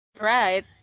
right